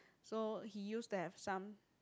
so he used that sum